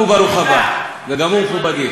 גם הוא ברוך הבא וגם הוא מכובדי.